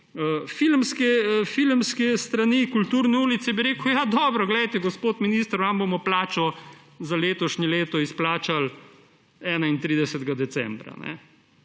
filmske strani, kulturne ulice, bi rekel, ja, dobro, glejte, gospod minister, vam bomo plačo za letošnje leto izplačali 31. decembra.